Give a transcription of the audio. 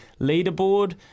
leaderboard